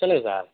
சொல்லுங்கள் சார்